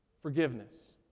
forgiveness